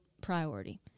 priority